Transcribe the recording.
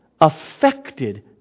affected